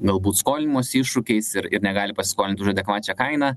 galbūt skolinimosi iššūkiais ir ir negali pasiskolint už adekvačią kainą